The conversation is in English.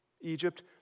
Egypt